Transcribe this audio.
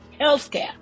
healthcare